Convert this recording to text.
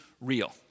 real